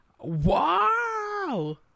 Wow